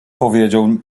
powiedział